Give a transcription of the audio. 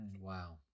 wow